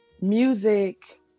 music